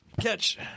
Catch